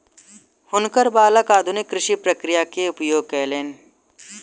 हुनकर बालक आधुनिक कृषि प्रक्रिया के उपयोग कयलैन